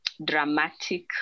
dramatic